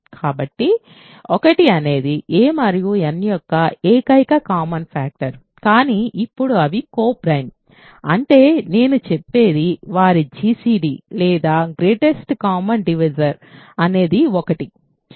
కాబట్టి 1 అనేది a మరియు n యొక్క ఏకైక కామన్ ఫ్యాక్టర్ కానీ ఇప్పుడు అవి కో ప్రైమ్ అంటే నేను చెప్పేది వాటి gcd అనేది 1